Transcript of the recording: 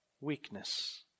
weakness